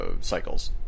cycles